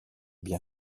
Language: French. bien